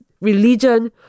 religion